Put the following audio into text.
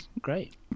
great